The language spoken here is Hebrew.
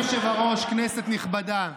אדוני היושב-ראש, כנסת נכבדה,